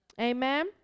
Amen